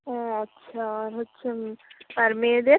হ্যাঁ আচ্ছা হচ্ছে না আর মেয়েদের